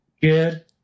Good